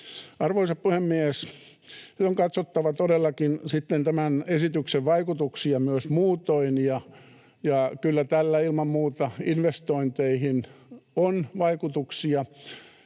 Arvoisa puhemies! Nyt on katsottava todellakin sitten tämän esityksen vaikutuksia myös muutoin, ja kyllä tällä ilman muuta investointeihin on vaikutuksia.